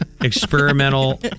experimental